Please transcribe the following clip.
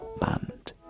Band